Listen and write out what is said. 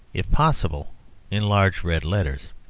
if possible in large red letters.